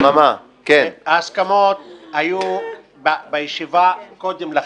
ההסכמות היו בישיבה קודם לכן.